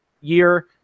year